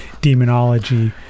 demonology